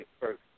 first